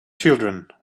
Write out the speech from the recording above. children